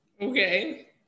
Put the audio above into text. Okay